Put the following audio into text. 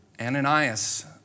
Ananias